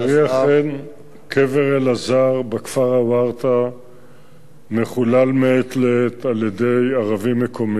אכן קבר אלעזר בכפר עוורתא מחולל מעת לעת על-ידי ערבים מקומיים.